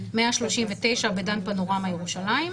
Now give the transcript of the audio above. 139 בדן פנורמה ירושלים.